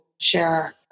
share